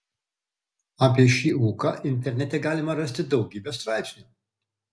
apie šį ūką internete galima rasti daugybę straipsnių